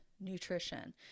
nutrition